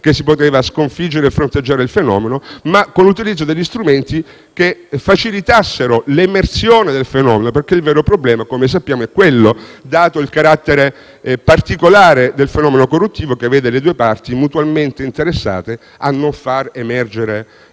che si poteva sconfiggere e fronteggiare il fenomeno ma anche con l'utilizzo di strumenti che ne facilitassero l'emersione, perché il vero problema - come sappiamo - è quello, dato il carattere particolare del fenomeno corruttivo che vede le due parti mutualmente interessate a non far emergere l'attività